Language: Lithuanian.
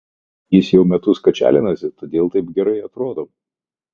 jis jau metus kačialinasi todėl taip gerai atrodo